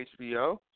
HBO